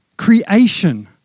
creation